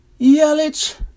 Yelich